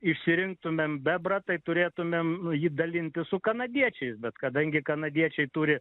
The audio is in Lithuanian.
išsirinktumėm bebrą tai turėtumėm nu jį dalintis su kanadiečiais bet kadangi kanadiečiai turi